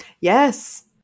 Yes